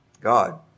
God